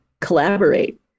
collaborate